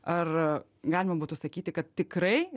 ar galima būtų sakyti kad tikrai